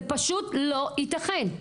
זה פשוט לא יתכן,